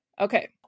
Okay